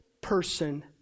person